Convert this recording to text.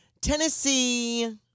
Tennessee